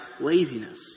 laziness